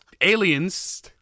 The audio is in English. Aliens